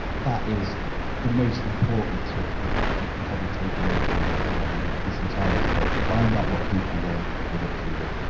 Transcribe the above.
that is the most important tip that you can probably take away from this entire talk. find out what people want and give it to them.